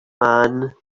man